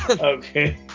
Okay